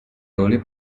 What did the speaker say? early